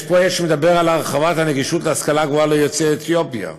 יש פרויקט שמדבר על הרחבת הנגישות להשכלה גבוהה ליוצאי אתיופיה.